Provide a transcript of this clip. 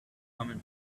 common